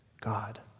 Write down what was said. God